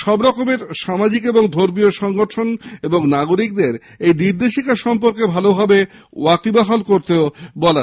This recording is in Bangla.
সব ধরনের সামাজিক ও ধর্মীয় সংগঠন ও নাগরিকদের এই নির্দেশিকা সম্পর্কে ভালভাবে ওয়াকিবহাল করতেও বলা হয়েছে